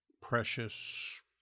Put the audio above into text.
precious